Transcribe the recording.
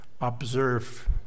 observe